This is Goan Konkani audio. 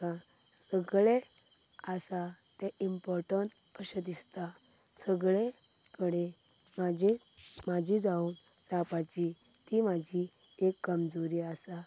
थंय म्हाका सगले आसा तें इमपोटंन अशें दिसता सगले कडेन म्हजी म्हजी जावं रावपाची ती म्हजी कमजोरी आसा